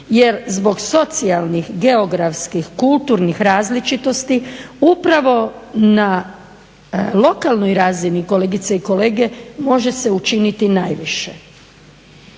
jel zbog socijalnih, geografskih, kulturnih različitosti upravo na lokalnoj razini, kolegice i kolege može se učiniti najviše.